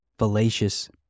fallacious